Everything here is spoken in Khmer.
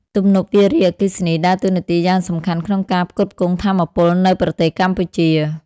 ទំនប់វារីអគ្គិសនីដើរតួនាទីយ៉ាងសំខាន់ក្នុងការផ្គត់ផ្គង់ថាមពលនៅប្រទេសកម្ពុជា។